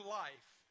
life